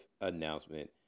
announcement